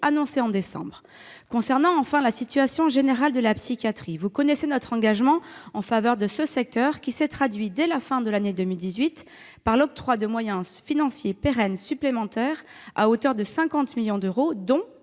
annoncé en décembre dernier. Concernant enfin la situation générale de la psychiatrie, vous connaissez notre engagement en faveur de ce secteur, qui s'est traduit, dès la fin de l'année 2018, par l'octroi de moyens financiers pérennes supplémentaires à hauteur de 50 millions d'euros, dont